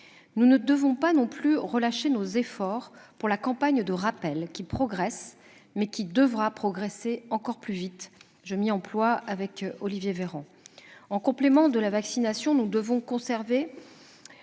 Nous ne devons pas non plus relâcher nos efforts pour la campagne de rappel, qui progresse, mais qui devra progresser encore plus vite. Je m'y emploie avec Olivier Véran. En complément de la vaccination, nous devons conserver